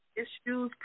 issues